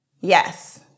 Yes